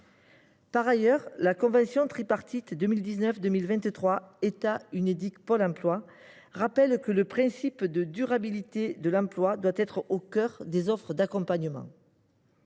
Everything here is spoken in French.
Par ailleurs, la convention tripartite État Unédic Pôle emploi 2019 2023 rappelle que le principe de durabilité de l’emploi doit être au cœur des offres d’accompagnement.